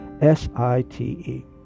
S-I-T-E